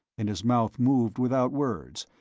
and his mouth moved without words,